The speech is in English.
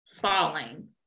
falling